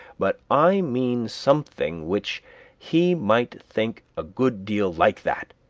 but i mean something which he might think a good deal like that